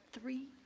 Three